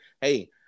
Hey